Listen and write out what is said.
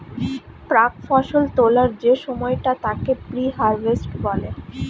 প্রাক্ ফসল তোলার যে সময়টা তাকে প্রি হারভেস্ট বলে